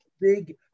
big